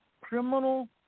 criminal